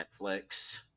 Netflix